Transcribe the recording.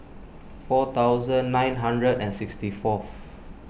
four thousand nine hundred and sixty fourth